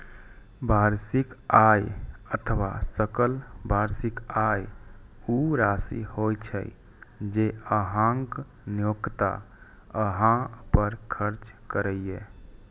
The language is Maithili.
वार्षिक आय अथवा सकल वार्षिक आय ऊ राशि होइ छै, जे अहांक नियोक्ता अहां पर खर्च करैए